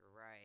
Right